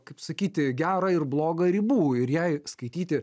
kaip sakyti gera ir bloga ribų ir jai skaityti